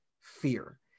fear